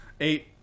Eight